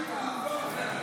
לא ראוי לתגובה אפילו.